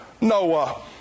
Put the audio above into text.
Noah